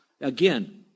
Again